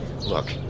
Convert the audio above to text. Look